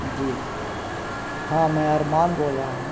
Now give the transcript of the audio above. जी हाँ मैं अरमान बोल रहा हूँ